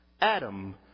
Adam